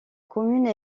commune